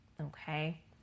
okay